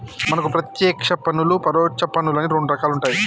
మనకు పత్యేక్ష పన్నులు పరొచ్చ పన్నులు అని రెండు రకాలుంటాయి